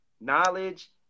Knowledge